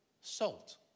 Salt